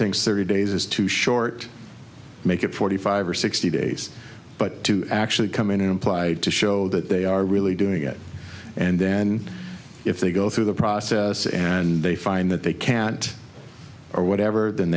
thinks thirty days is too short make it forty five or sixty days but to actually come in applied to show that they are really doing it and then if they go through the process and they find that they can't or whatever then